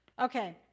okay